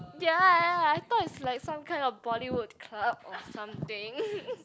ya ya I thought it's like some kind of Bollywood club or something